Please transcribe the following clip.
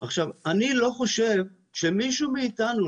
אני לא חושב שמישהו מאתנו,